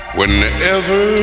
Whenever